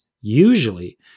Usually